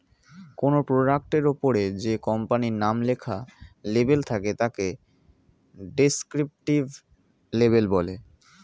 কোনো প্রোডাক্টের ওপরে যে কোম্পানির নাম লেখা লেবেল থাকে তাকে ডেসক্রিপটিভ লেবেল বলে